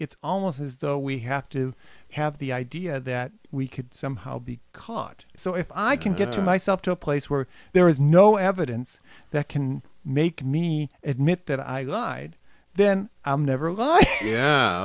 it's almost as though we have to have the idea that we could somehow be caught so if i can get to myself to a place where there is no evidence that can make me admit that i lied then i'll never